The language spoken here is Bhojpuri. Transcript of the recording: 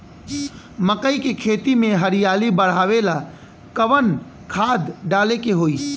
मकई के खेती में हरियाली बढ़ावेला कवन खाद डाले के होई?